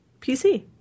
PC